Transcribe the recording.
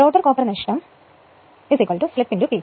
rotor copper നഷ്ടം slip PG